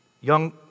young